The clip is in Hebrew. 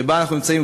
שבה אנחנו נמצאים,